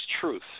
truth